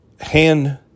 hand